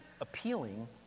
appealing